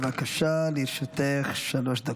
בבקשה, לרשותך שלוש דקות.